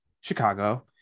Chicago